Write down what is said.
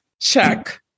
check